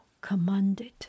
commanded